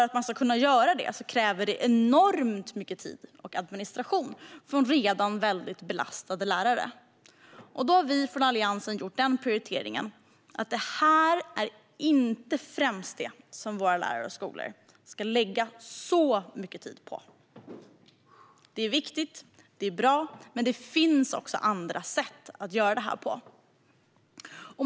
Att kunna göra det kräver enormt mycket tid och administration från redan hårt belastade lärare. Vi från Alliansen har gjort prioriteringen att detta inte är det som våra lärare och skolor främst ska lägga mycket tid på. Det är viktigt och bra, men det finns också andra sätt att göra detta.